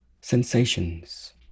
Sensations